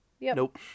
nope